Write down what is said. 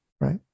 Right